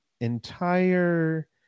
entire